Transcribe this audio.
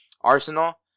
Arsenal